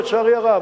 לצערי הרב,